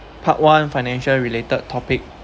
part one financial related topic